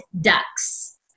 ducks